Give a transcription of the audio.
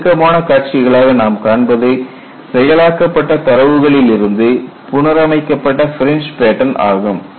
நெருக்கமான காட்சிகளாக நாம் காண்பது செயலாக்கப்பட்ட தரவுகளிலிருந்து புனரமைக்கப்பட்ட ஃபிரிஞ்ச் பேட்டன் ஆகும்